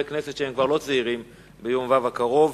כנסת שהם כבר לא צעירים ביום ו' הקרוב.